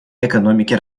экономике